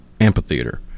Amphitheater